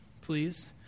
please